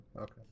Okay